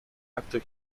after